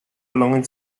belonging